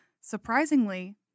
surprisingly